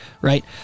Right